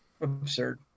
Absurd